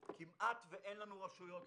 כמעט ואין לנו רשויות מקומיות,